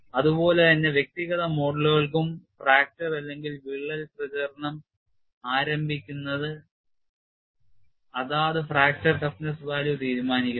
അതുപോലെ തന്നെ വ്യക്തിഗത മോഡുകൾക്കും ഒടിവ് അല്ലെങ്കിൽ വിള്ളൽ പ്രചരണം ആരംഭിക്കുന്നത് അതാത് fracture toughness values തീരുമാനിക്കുന്നു